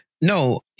no